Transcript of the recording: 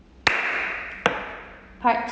part